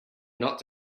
not